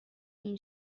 این